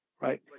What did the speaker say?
right